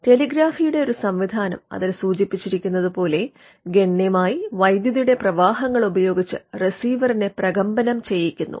ടെലിഗ്രാഫിയുടെ ഒരു സംവിധാനം അതിൽ സൂചിപ്പിച്ചിരിക്കുന്നതുപോലെ ഗണ്യമായി വൈദ്യുതിയുടെ പ്രവാഹങ്ങൾ ഉപയോഗിച്ച് റിസീവറിനെ പ്രകമ്പനം ചെയ്യിക്കുന്നു